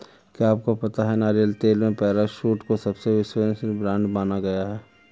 क्या आपको पता है नारियल तेल में पैराशूट को सबसे विश्वसनीय ब्रांड माना गया है?